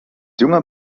junger